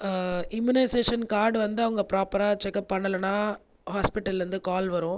immunisation card வந்து அவங்க ப்ராப்பராக செக் பண்ணலன்னா ஹாஸ்பிட்டலை இருந்து கால் வரும்